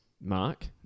mark